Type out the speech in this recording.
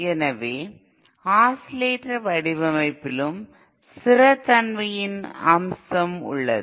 எனவே ஆஸிலேட்டர் வடிவமைப்பிலும் ஸ்திரத்தன்மையின் ஒரு அம்சம் உள்ளது